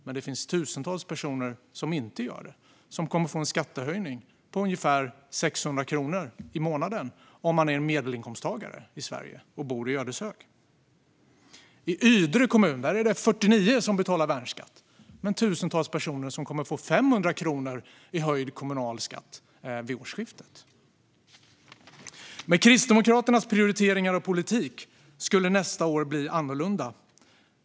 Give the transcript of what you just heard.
Men det finns tusentals personer som inte gör det och som kommer att få en skattehöjning på ungefär 600 kronor i månaden, om de är medelinkomsttagare. I Ydre kommun är det 49 personer som betalar värnskatt. Men det finns tusentals personer som kommer att få en höjning av kommunalskatten med 500 kronor vid årsskiftet. Med Kristdemokraternas prioriteringar och politik skulle nästa år bli annorlunda.